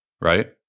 right